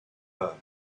her